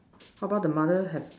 how about the mother have